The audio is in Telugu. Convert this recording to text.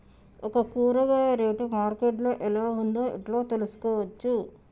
ఒక కూరగాయ రేటు మార్కెట్ లో ఎలా ఉందో ఎలా తెలుసుకోవచ్చు?